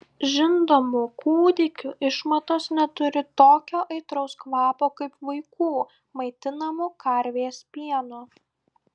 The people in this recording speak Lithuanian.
žindomų kūdikių išmatos neturi tokio aitraus kvapo kaip vaikų maitinamų karvės pienu